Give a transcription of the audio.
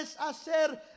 hacer